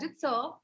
sir